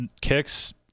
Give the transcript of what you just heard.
Kicks